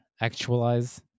actualize